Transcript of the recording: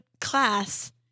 class